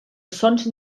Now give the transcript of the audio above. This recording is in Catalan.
sons